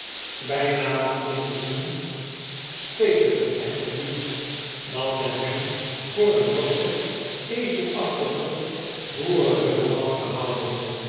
bij nader inzien speet het hem echter niet dat men hem voor een norschen ezelachtigen boerenlummel had gehouden